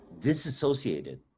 disassociated